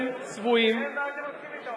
תראה מה אתם עושים אתה.